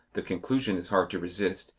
the conclusion is hard to resist,